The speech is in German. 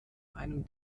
einem